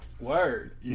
word